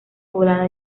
poblada